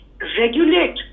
regulate